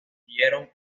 dieron